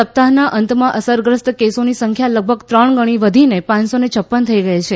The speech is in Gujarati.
સપ્તાહના અંતમાં અસરગ્રસ્ત કેસોની સંખ્યા લગભગ ત્રણ ગણી વધીને પપક થઇ ગઇ છે